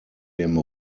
dem